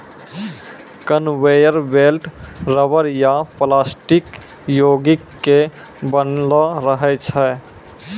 conveyor belt rubber या plastic योगिक के बनलो रहै छै